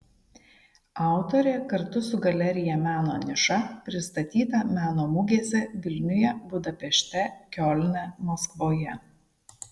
autorė kartu su galerija meno niša pristatyta meno mugėse vilniuje budapešte kiolne maskvoje